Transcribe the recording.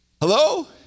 Hello